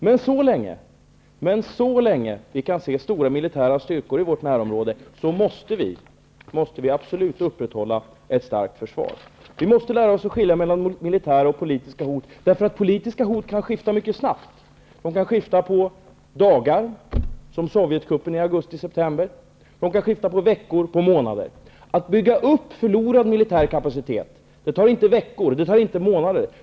Men så länge vi kan se stora militära styrkor i vårt närområde måste vi absolut upprätthålla ett starkt försvar. Vi måste lära oss att skilja mellan militära och politiska hot. Politiska hot kan skifta mycket snabbt. De kan skifta under några dagar, som vid sovjetkuppen i augusti och september, under veckor och månader. Att bygga upp förlorad militär kapacitet tar inte veckor eller månader.